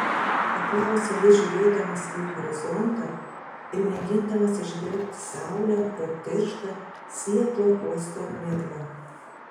paklausė jis žiūrėdamas į horizontą ir mėgindamas įžvelgti saulę pro tirštą sietlo uosto miglą